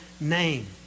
name